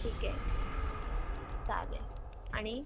ठीक आहे चालेल आणि